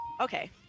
Okay